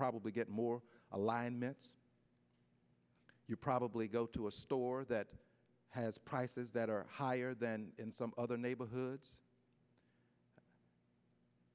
probably get more alignments you probably go to a store that has prices that are higher than in some other neighborhoods